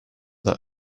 that